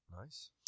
Nice